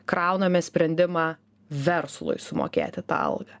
krauname sprendimą verslui sumokėti tą algą